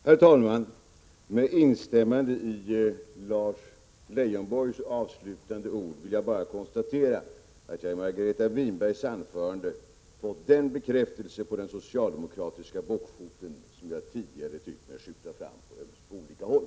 Herr talman! Med instämmande i Lars Leijonborgs avslutande ord konstaterar jag att jag i Margareta Winbergs anförande fått den bekräftelse på den socialdemokratiska bockfot som jag tidigare tyckt framskymta på olika håll.